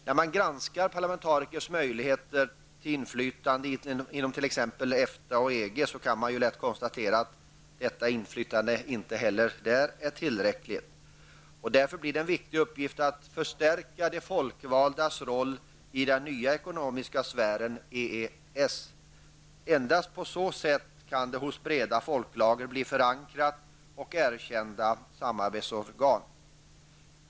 När man granskar parlamentarikers möjligheter till inflytande inom t.ex. EFTA och EG kan man lätt konstatera att detta inflytande inte heller där är tillräckligt. Det blir därför en viktig uppgift att stärka de folkvaldas roll i den nya ekonomiska sfären, EES. Endast på så sätt kan det hos breda folklager bli ett förankrat och erkänt samarbetsorgan.